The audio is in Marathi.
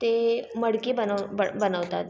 ते मडकी बनव ब् बनवतात